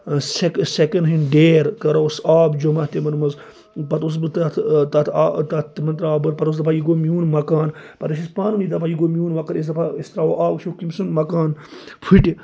سیٚک سیٚکِن ہنٛد ڈیر گَرو سُہ آب جَمہ یِمَن منٛز پَتہٕ اوسُس بہٕ تَتھ آ تَتھ تِمن آب پَتہ اوسُس دَپان یہِ گوٚو مِیون مَکان پَتہٕ ٲسۍ أسۍ پانہٕ ؤنۍ دَپان یہِ گوٚو میون مَکان أسۍ دَپہو أسۍ تَراوہو آب ییٚمہِ سُنٛد مَکان فٹہِ